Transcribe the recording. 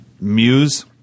Muse